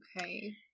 Okay